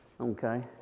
Okay